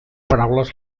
paraules